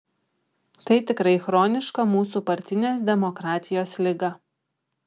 tai tikrai chroniška mūsų partinės demokratijos liga